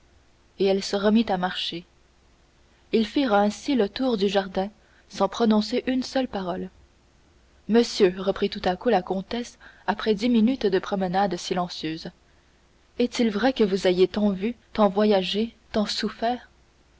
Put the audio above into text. et elle se remit à marcher ils firent ainsi le tour du jardin sans prononcer une seule parole monsieur reprit tout à coup la comtesse après dix minutes de promenade silencieuse est-il vrai que vous ayez tant vu tant voyagé tant souffert